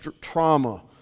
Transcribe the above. trauma